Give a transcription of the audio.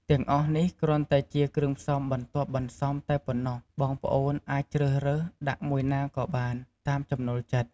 ទាំងអស់នេះគ្រាន់តែជាគ្រឿងផ្សំបន្ទាប់បន្សំតែប៉ុណ្ណោះ បងប្អូនអាចជ្រើសរើសដាក់មួយណាក៏បានតាមចំណូលចិត្ត។